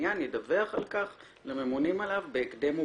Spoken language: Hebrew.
עניין ידווח על כך לממונים עליו בהקדם ובכתב".